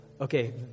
okay